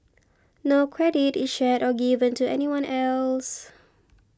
no credit is shared or given to anyone else